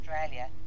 Australia